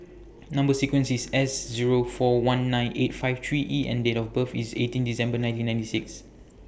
Number sequence IS S Zero four one nine eight five three E and Date of birth IS eighteen December nineteen sixty six